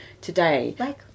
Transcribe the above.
today